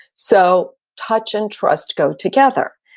so touch and trust go together.